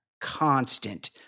constant